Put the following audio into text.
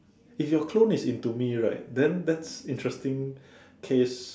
if your clone is into me right then that's interesting case